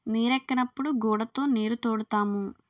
నీరెక్కనప్పుడు గూడతో నీరుతోడుతాము